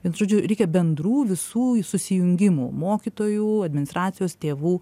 vien žodžiu reikia bendrų visų susijungimų mokytojų administracijos tėvų